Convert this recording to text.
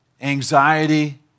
anxiety